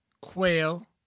Quail